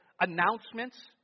announcements